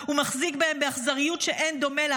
ומחזיק בהם באכזריות שאין דומה לה,